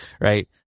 right